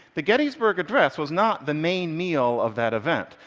the gettysburg address was not the main meal of that event.